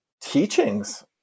teachings